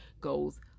goes